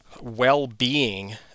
well-being